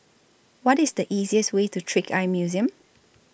What IS The easiest Way to Trick Eye Museum